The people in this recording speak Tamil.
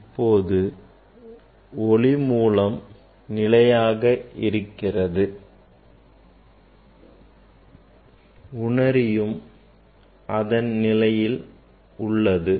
இப்போது ஒளிமூலம் நிலையாக இருக்கிறது உணரியும் அதன் நிலையில் உள்ளது